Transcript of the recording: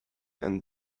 and